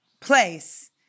place